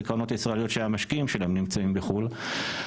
קרנות ישראליות שהמשקיעים שלהם נמצאים בחו"ל,